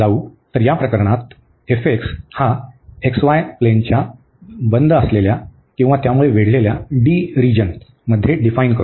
तर या प्रकरणातहा x y प्लेनच्या बंद असलेल्या D रिजन मध्ये डिफाईन करू